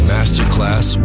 Masterclass